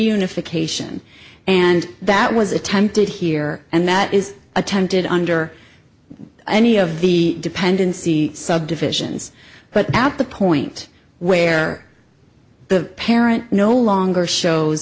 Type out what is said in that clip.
reunification and that was attempted here and that is attempted under any of the dependency subdivisions but at the point where the parent no longer shows